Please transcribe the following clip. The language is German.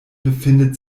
befindet